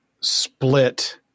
split